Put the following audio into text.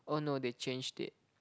oh no they changed it